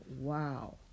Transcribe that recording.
wow